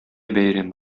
бәйрәм